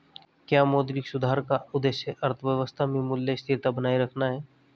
क्या मौद्रिक सुधार का उद्देश्य अर्थव्यवस्था में मूल्य स्थिरता बनाए रखना है?